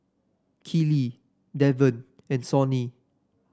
Keeley Deven and Sonny